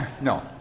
No